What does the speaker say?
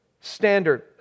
standard